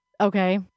Okay